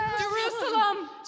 Jerusalem